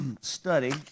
study